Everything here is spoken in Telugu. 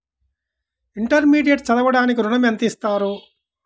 ఇంటర్మీడియట్ చదవడానికి ఋణం ఎంత ఇస్తారు?